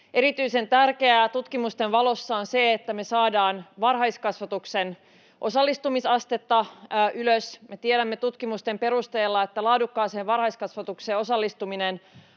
Erityisen tärkeää tutkimusten valossa on se, että me saadaan varhaiskasvatuksen osallistumisastetta ylös. Me tiedämme tutkimusten perusteella, että laadukkaaseen varhaiskasvatukseen osallistuminen